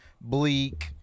Bleak